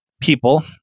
people